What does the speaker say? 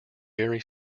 very